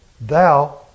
Thou